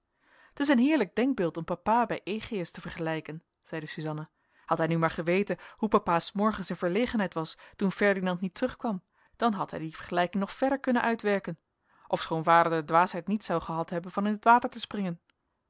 t is een heerlijk denkbeeld om papa bij egeus te vergelijken zeide suzanna had hij nu maar geweten hoe papa s morgens in verlegenheid was toen ferdinand niet terugkwam dan had hij die vergelijking nog verder kannen uitwerken ofschoon vader de dwaasheid niet zou gehad hebben van in t water te springen